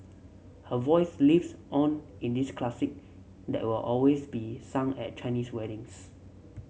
her voice lives on in this classic that will always be sung at Chinese weddings